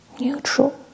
neutral